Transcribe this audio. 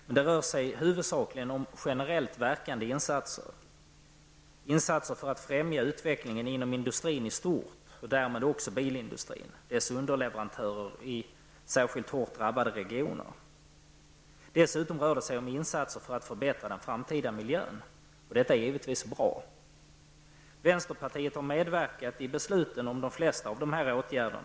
Men det rör sig huvudsakligen om generellt verkande insatser för att främja utvecklingen inom industrin i stort och därmed också bilindustrin och dess underleverantörer i särskilt hårt drabbade regioner. Dessutom rör det sig om insatser för att förbättra den framtida miljön. Detta är givetvis bra. Vänsterpartiet har medverkat i besluten om de flesta av dessa åtgärder.